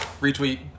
retweet